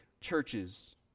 churches